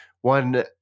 one